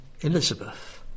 Elizabeth